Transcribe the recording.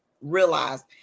realize